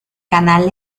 canal